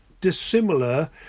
dissimilar